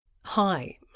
Hi